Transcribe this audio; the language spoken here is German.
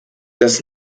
das